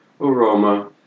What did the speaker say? aroma